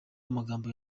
amagambo